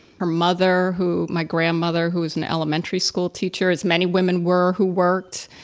her mother, who my grandmother, who was an elementary school teacher, as many women were who worked,